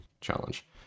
challenge